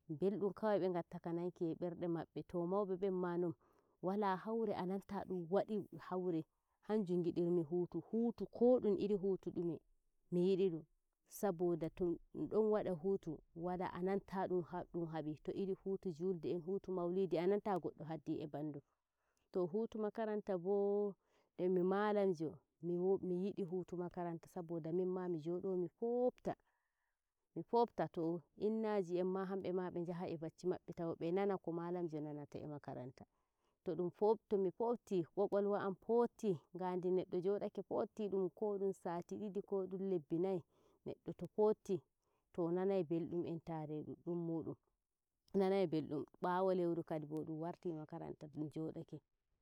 belɗum kawai be ngatta ka nanki e berde maɓɓe to mauɓe ɓenma non. wala haure ananta dun wadi haure hanjum ngidirmi hutu hutu ko dun iri hutu dume, mi yidi dunme mi yidi dum saboda to dum don wada hutu a nanta edun habi to iri huutu julde en, hutu mauludi ananta goddo haddi e bandum to huutu makaranta boo nde mi malamjo mi yidi huutu makarnata saboda nimma mi jodo mi fofta to inna ji en ma be njaha e bacci mabbe ton be nana ko malamjo nanata emakaranta to dun fof to mi fofti ko dun sati didi ko dun lebbi nayih neddo to fofti to nanai beldum entare ɗuɗɗum mudum nanai belɗum bawo lauru kadinbo dun warta makaranta dum jodake.